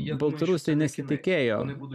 baltarusai nesitikėjo